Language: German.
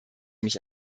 mich